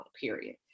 period